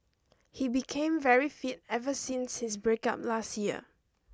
he became very fit ever since his breakup last year